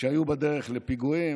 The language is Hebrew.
היו בדרך לפיגועים.